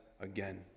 again